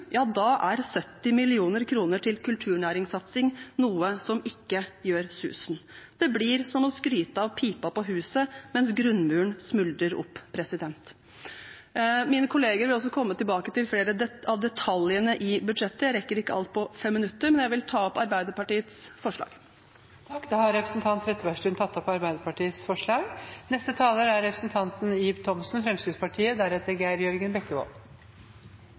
ja, da er 70 mill. kr til kulturnæringssatsing noe som ikke gjør susen. Det blir som å skryte av pipa på huset mens grunnmuren smuldrer opp. Mine kolleger vil komme tilbake til flere av detaljene i budsjettet. Jeg rekker ikke alt på 5 minutter, men jeg vil ta opp Arbeiderpartiets forslag og forslaget vi har sammen med Kristelig Folkeparti, i saken. Representanten Anette Trettebergstuen har tatt opp